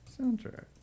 Soundtrack